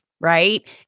right